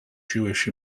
jewish